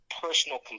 Personal